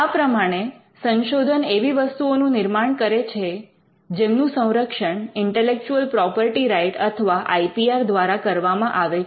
આ પ્રમાણે સંશોધન એવી વસ્તુઓનું નિર્માણ કરે છે જેમનું સંરક્ષણ ઇન્ટેલેક્ચુઅલ પ્રોપર્ટી રાઇટ અથવા આઈ પી આર દ્વારા કરવામાં આવે છે